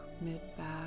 mid-back